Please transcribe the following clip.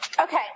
Okay